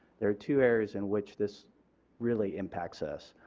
there are two areas in which this really impacts us.